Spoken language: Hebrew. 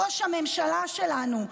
ראש הממשלה שלנו,